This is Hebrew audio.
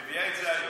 את מביאה את זה היום,